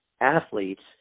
athletes